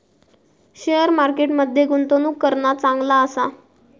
share market मध्ये गुंतवणूक करणा चांगला आसा